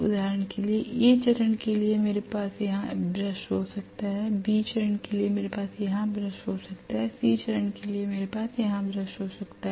उदाहरण के लिए A चरण के लिए मेरे पास यहाँ ब्रश हो सकता है B चरण के लिए मेरे यहाँ ब्रश हो सकता है और C चरण के लिए मेरे यहाँ एक ब्रश हो सकता है